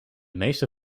meeste